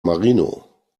marino